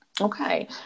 Okay